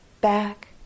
back